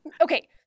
okay